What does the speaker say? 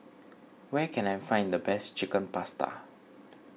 where can I find the best Chicken Pasta